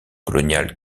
colonial